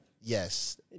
Yes